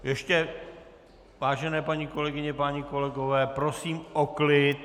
Ještě, vážené paní kolegyně, páni kolegové, prosím o klid.